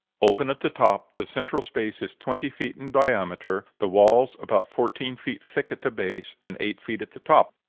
open at the top the central space is twenty feet in diameter, the walls about fourteen feet thick at the base, and eight feet at the top.